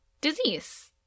disease